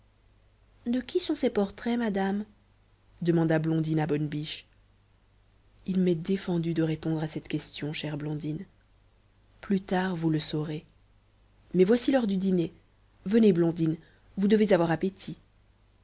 de qui sont ces portraits madame demanda blondine à bonne biche illustration blondine aperçut un magnifique château il m'est défendu de répondre à cette question chère blondine plus tard vous le saurez mais voici l'heure du dîner venez blondine vous devez avoir appétit